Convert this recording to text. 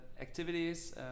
activities